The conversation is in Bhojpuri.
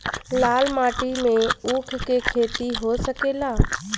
लाल माटी मे ऊँख के खेती हो सकेला?